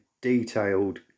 detailed